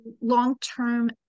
long-term